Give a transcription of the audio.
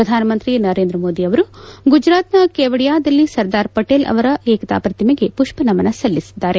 ಪ್ರಧಾನಮಂತ್ರಿ ನರೇಂದ್ರ ಮೋದಿ ಅವರು ಗುಜರಾತ್ನ ಕೇವಡಿಯಾದಲ್ಲಿ ಸರ್ದಾರ್ ಪಟೇಲ್ ಅವರ ಏಕತಾ ಪ್ರತಿಮೆಗೆ ಮಷ್ವ ನಮನ ಸಲ್ಲಿಸಲಿದ್ದಾರೆ